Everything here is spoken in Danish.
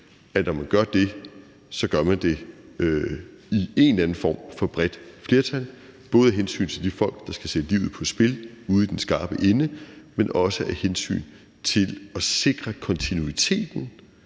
at når man gør det, så gør man det med en eller anden form for bredt flertal – både af hensyn til de folk, der skal sætte livet på spil ude i den skarpe ende, men også af hensyn til at sikre kontinuiteten